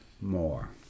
more